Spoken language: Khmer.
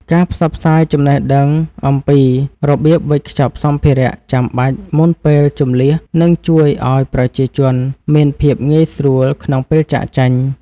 ការផ្សព្វផ្សាយចំណេះដឹងអំពីរបៀបវេចខ្ចប់សម្ភារៈចាំបាច់មុនពេលជម្លៀសនឹងជួយឱ្យប្រជាជនមានភាពងាយស្រួលក្នុងពេលចាកចេញ។